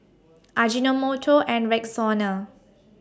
Ajinomoto and Rexona